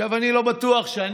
עכשיו, אני לא בטוח שאני,